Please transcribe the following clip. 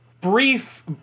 brief